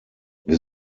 wir